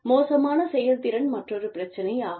மோசமான செயல்திறன் மற்றொரு பிரச்சனை ஆகும்